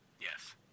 Yes